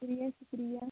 شُکریہ شُکریہ